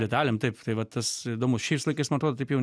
detalėm taip tai va tas įdomu šiais laikais man atrodo taip jau